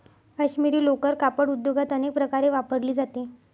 काश्मिरी लोकर कापड उद्योगात अनेक प्रकारे वापरली जाते